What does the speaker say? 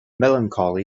melancholy